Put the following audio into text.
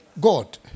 God